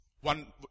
One